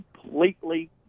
completely